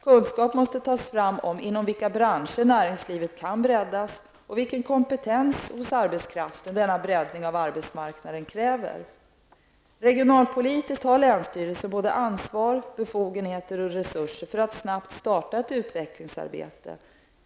Kunskap måste tas fram om inom vilka branscher näringslivet kan breddas och vilken kompetens hos arbetskraften denna breddning av arbetsmarknaden kräver. Regionalpolitiskt har länsstyrelserna både ansvar, befogenheter och resurser för att snabbt starta ett utvecklingsarbete.